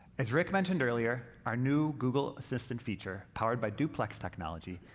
as rick mentioned earlier, our new google assistant feature, powered by duplex technology,